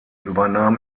übernahm